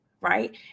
right